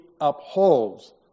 upholds